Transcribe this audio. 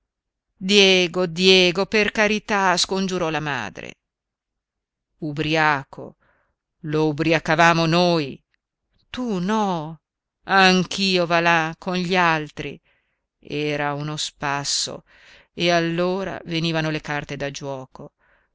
diego diego per carità scongiurò la madre ubriaco lo ubriacavamo noi tu no anch'io va là con gli altri era uno spasso e allora venivano le carte da giuoco